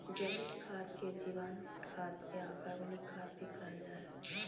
जैविक खाद के जीवांश खाद या कार्बनिक खाद भी कहल जा हइ